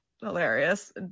hilarious